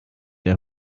der